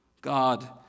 God